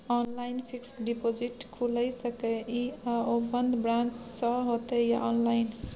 Online fixed deposit खुईल सके इ आ ओ बन्द ब्रांच स होतै या ऑनलाइन?